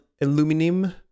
aluminum